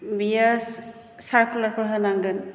बियोस सारकुलारफोर होनांगोन